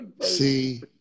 See